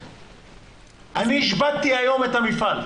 אני השבתתי היום את המפעל.